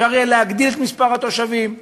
אפשר יהיה להגדיל את מספר התושבים,